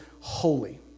holy